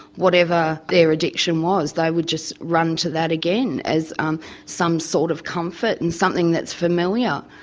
whatever their addiction was. they would just run to that again, as um some sort of comfort and something that's familiar.